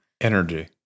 Energy